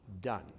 done